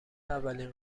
اولین